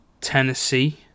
Tennessee